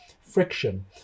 friction